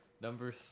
Number